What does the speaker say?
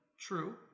True